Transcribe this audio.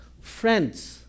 friends